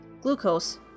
glucose